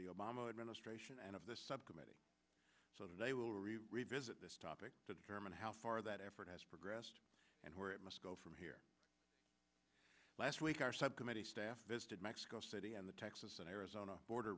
the obama administration and of the subcommittee so they will revisit this topic to determine how far that effort has progressed and where it must go from here last week our subcommittee staff visited mexico city and the texas and arizona border